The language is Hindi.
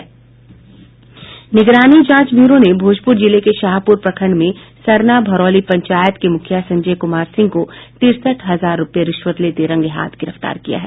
निगरानी जांच ब्यूरो ने भोजपुर जिले के शाहपुर प्रखंड में सरना भरौली पंचायत के मुखिया संजय कुमार सिंह को तिरसठ हजार रुपये रिश्वत लेते रंगेहाथ गिरफ्तार किया है